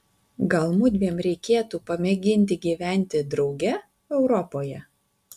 gal mudviem reikėtų pamėginti gyventi drauge europoje